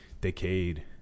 decayed